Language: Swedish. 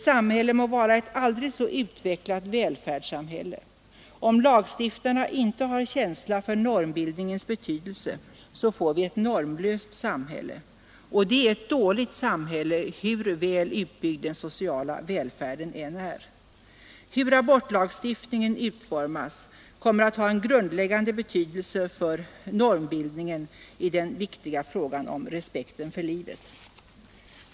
Samhället må vara ett aldrig så väl utvecklat välfärdssamhälle — om lagstiftarna inte har känsla för normbildningens betydelse får vi ett normlöst samhälle, och det är ett dåligt samhälle, hur väl utbyggd den sociala välfärden än är. Hur abortlagstiftningen utformas kommer att ha en grundläggande betydelse för normbildningen i den viktiga frågan om respekten för livet.